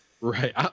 right